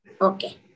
okay